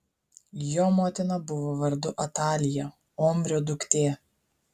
jo motina buvo vardu atalija omrio duktė